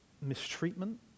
mistreatment